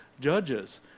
judges